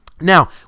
Now